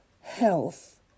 health